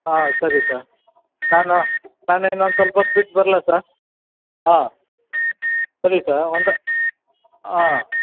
ಹಾಂ ಸರಿ ಸರ್ ನಾನು ನಾನು ಇನ್ನೊಂದು ಸ್ವಲ್ಪ ಹೊತ್ ಬಿಟ್ಟು ಬರಲಾ ಸರ್ ಹಾಂ ಸರಿ ಸರ್ ಒಂದು ಆಂ